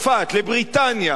לבריטניה,